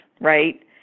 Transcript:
right